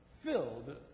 filled